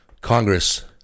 Congress